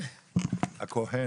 הכהן.